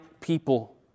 people